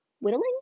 whittling